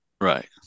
Right